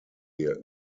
ihr